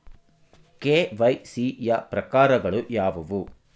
KYC ಯ ಪ್ರಕಾರಗಳು ಯಾವುವು?